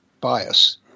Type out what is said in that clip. bias